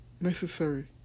necessary